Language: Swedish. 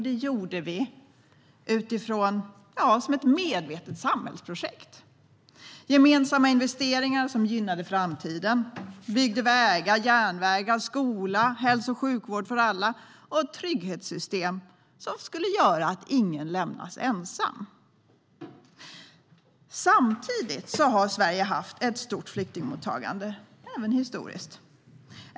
Det gjorde vi som ett medvetet samhällsprojekt med gemensamma investeringar som gynnade framtiden, byggde vägar och järnvägar, byggde upp skola, hälso och sjukvård för alla och ett trygghetssystem som gjorde att ingen lämnas ensam. Samtidigt har Sverige haft ett stort flyktingmottagande, även historiskt.